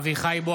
אביחי אברהם